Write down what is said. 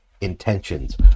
intentions